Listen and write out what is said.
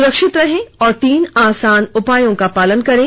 सुरक्षित रहें और तीन आसान उपायों का पालन करें